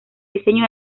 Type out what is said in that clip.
diseño